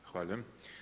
Zahvaljujem.